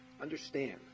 Understand